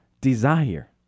desire